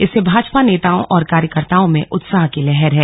इससे भाजपा नेताओं और कार्यकर्ताओं में उत्साह की लहर है